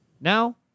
Now